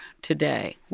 today